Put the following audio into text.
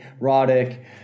Roddick